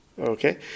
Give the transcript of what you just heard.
Okay